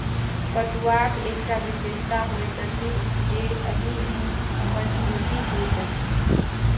पटुआक एकटा विशेषता होइत अछि जे एहि मे मजगुती होइत अछि